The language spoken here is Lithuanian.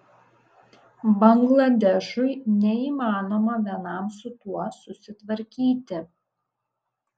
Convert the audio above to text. bangladešui neįmanoma vienam su tuo susitvarkyti